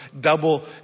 double